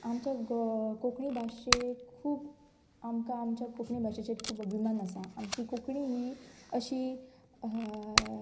आमच्या गो कोंकणी भाशे खूब आमकां आमच्या कोंकणी भाशेचेर खूब अभिमान आसा आमची कोंकणी ही अशी